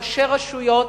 ראשי רשויות,